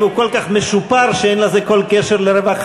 הוא כל כך משופר שאין לזה כל קשר לרווחה.